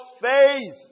faith